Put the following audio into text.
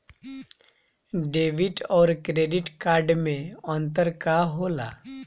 Debit और credit card मे अंतर का होला?